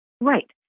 Right